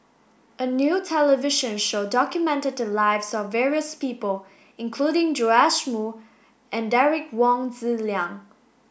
a new television show documented the lives of various people including Joash Moo and Derek Wong Zi Liang